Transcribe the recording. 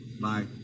Bye